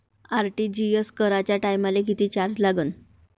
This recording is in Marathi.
आर.टी.जी.एस कराच्या टायमाले किती चार्ज लागन?